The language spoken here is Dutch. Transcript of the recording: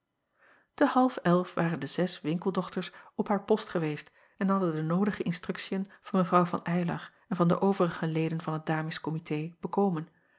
e half elf waren de zes winkeldochters op haar post geweest en hadden de noodige instruktiën van evrouw van ylar en van de overige leden van het ames komitee bekomen